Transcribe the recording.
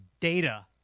data